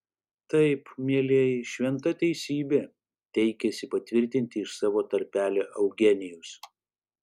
taip mielieji šventa teisybė teikėsi patvirtinti iš savo tarpelio eugenijus